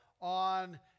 on